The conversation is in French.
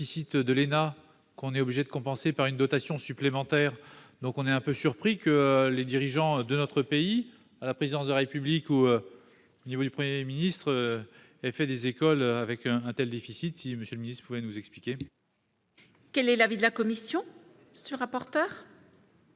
Quel est l'avis de la commission ?